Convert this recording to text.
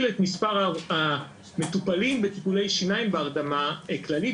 את מספר המטופלים בטיפולי שיניים בהרדמה כללית,